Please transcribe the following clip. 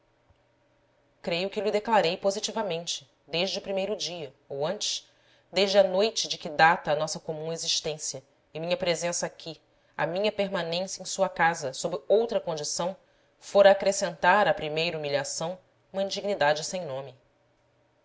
creio que lho declarei positivamente desde o primeiro dia ou antes desde a noite de que data a nossa comum existência e minha presença aqui a minha permanência em sua casa sob outra condição fora acrescentar à primeira humilhação uma indignidade sem nome